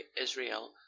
Israel